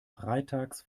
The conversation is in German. freitags